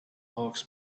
hawks